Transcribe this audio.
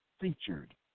Featured